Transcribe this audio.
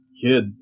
kid